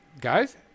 guys